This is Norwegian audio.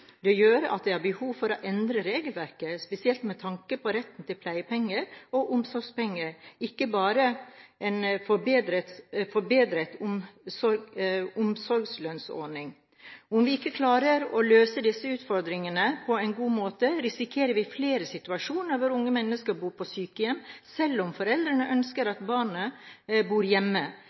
Det gjør at det er behov for å endre regelverket, spesielt med tanke på retten til pleiepenger og omsorgspenger – ikke bare en forbedret omsorgslønnsordning. Om vi ikke klarer å løse disse utfordringene på en god måte, risikerer vi flere situasjoner hvor unge mennesker bor på sykehjem, selv om foreldrene ønsker at barnet skal bo hjemme.